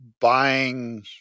buying